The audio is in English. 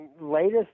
latest